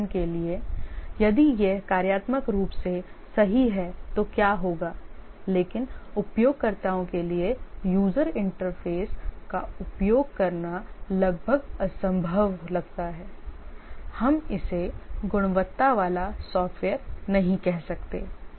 उदाहरण के लिए यदि यह कार्यात्मक रूप से सही है तो क्या होगा लेकिन उपयोगकर्ताओं के लिए यूजर इंटरफ़ेस का उपयोग करना लगभग असंभव लगता है हम इसे गुणवत्ता वाला सॉफ़्टवेयर नहीं कह सकते